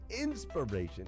inspiration